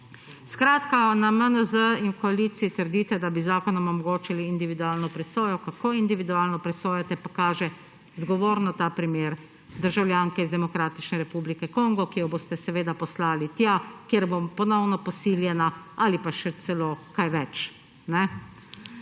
Skratka, na MNZ in v koaliciji trdite, da bi z zakonom omogočili individualno presojo. Kako individualno presojate, pa kaže zgovorno ta primer državljanke iz Demokratične republike Kongo, ki jo boste seveda poslali tja, kjer bo ponovno posiljena ali pa še celo kaj več.